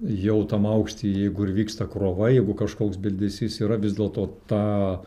jau tam aukšty jeigu ir vyksta krova jeigu kažkoks bildesys yra vis dėlto ta